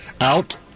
out